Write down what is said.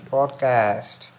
Podcast